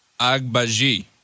Agbaji